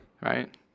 Right